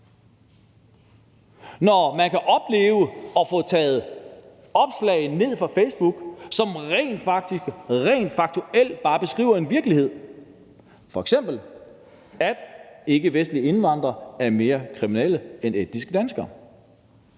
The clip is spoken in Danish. Når man kan opleve at få taget opslag ned fra Facebook, som rent faktuelt bare beskriver en virkelighed, f.eks. at ikkevestlige indvandrere er mere kriminelle end etniske danskere;